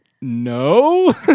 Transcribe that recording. no